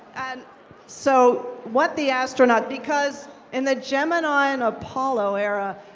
and so what the astronaut, because in the gemini and apollo era,